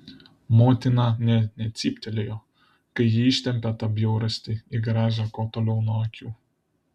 motina nė necyptelėjo kai ji ištempė tą bjaurastį į garažą kuo toliau nuo akių